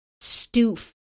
stoof